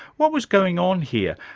what was going on here,